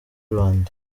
rwanda